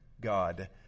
God